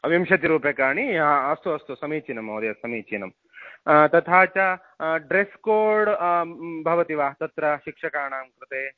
विंशतिरूप्यकाणि ह अस्तु अस्तु समीचीनं महोदय समीचीनं तथा च ड्रेस्कोड् भवति वा तत्र शिक्षकाणां कृते